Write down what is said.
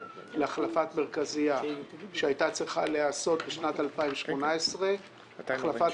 להחלפת מרכזיה שהייתה צריכה להתבצע בשנת 2018. החלפת